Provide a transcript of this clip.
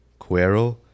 cuero